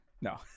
No